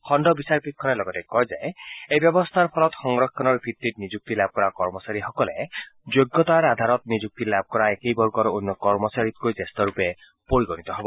খণ্ড বিচাৰপীঠখনে লগতে কয় এই ব্যৱস্থাৰ ফলত সংৰক্ষণৰ ভিত্তিত নিযুক্তি লাভ কৰ্মচাৰীসকলে যোগ্যতাৰ আধাৰত নিযুক্তি লাভ কৰা একেই বৰ্গৰ অন্য কৰ্মচাৰীত কৈ জ্যেষ্ঠ ৰূপে পৰিগণিত হ'ব